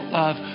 love